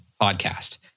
podcast